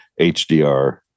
HDR